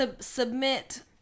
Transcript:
Submit